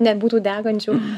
nebūtų degančių